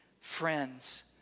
friends